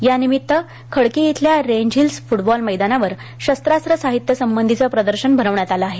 या निमित्तं खडकी येथील रेंजहिल्स येथील फूटबॉल मैदानावर शस्त्रास्त्र साहित्य संबंधीचे प्रदर्शन भरविण्यात आले आहे